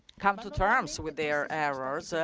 come to terms with their errors,